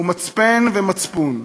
הוא מצפן ומצפון.